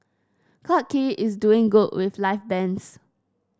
Clarke Quay is doing good with live bands